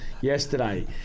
yesterday